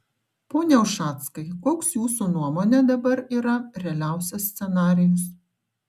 pone ušackai koks jūsų nuomone dabar yra realiausias scenarijus